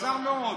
מוזר מאוד.